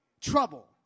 Trouble